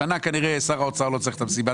השנה כנראה ששר האוצר לא צריך את מסיבת